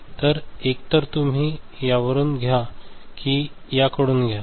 तर एकतर तुम्ही यावरुन घ्या किंवा याकडून घ्या